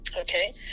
Okay